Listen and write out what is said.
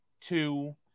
two